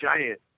giant